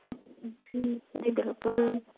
جی جی بالکل